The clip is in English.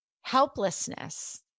helplessness